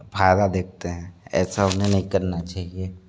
फ़ायदा देखते हैं ऐसा उन्हें नहीं करना चाहिए